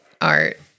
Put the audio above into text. art